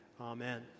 Amen